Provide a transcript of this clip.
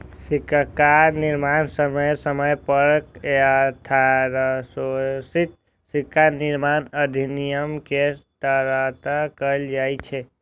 सिक्काक निर्माण समय समय पर यथासंशोधित सिक्का निर्माण अधिनियम के तहत कैल जाइ छै